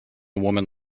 woman